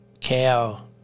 cow